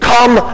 Come